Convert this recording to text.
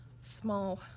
small